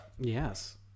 yes